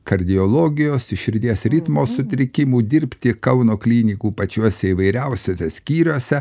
kardiologijos iš širdies ritmo sutrikimų dirbti kauno klinikų pačiuose įvairiausiuose skyriuose